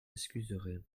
excuserez